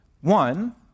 One